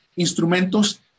instrumentos